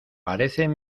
parecen